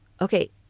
Okay